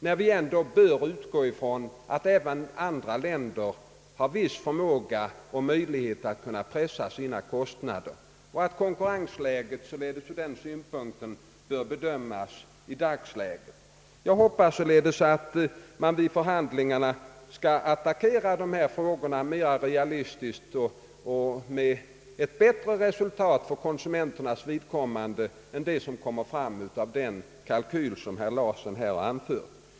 Vi bör ändå utgå ifrån att även andra länder har viss förmåga och möjlighet att pressa sina kostnader, och konkurrenssituationen bör således bedömas i dagsläget. Jag hoppas att man vid förhandlingarna skall diskutera dessa frågor mera realistiskt och med ett bättre resultat för konsumenternas vidkommande än det som kommer fram i den kalkyl som herr Larsson anfört.